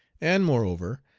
and moreover,